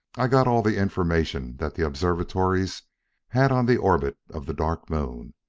i got all the information that the observatories had on the orbit of the dark moon.